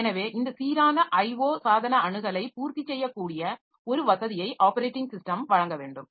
எனவே இந்த சீரான IO சாதன அணுகலை பூர்த்தி செய்யக்கூடிய ஒரு வசதியை ஆப்பரேட்டிங் சிஸ்டம் வழங்க வேண்டும்